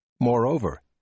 Moreover